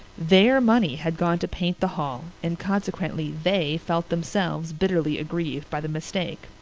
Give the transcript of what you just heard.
their money had gone to paint the hall and consequently they felt themselves bitterly aggrieved by the mistake.